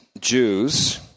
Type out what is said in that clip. Jews